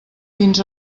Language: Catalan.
fins